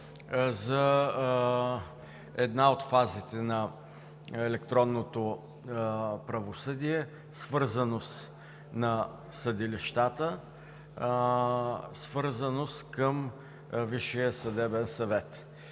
за една от фазите на електронното правосъдие – свързаност на съдилищата, свързаност към Висшия съдебен съвет.